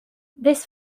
this